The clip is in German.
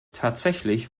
tatsächlich